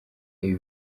ibi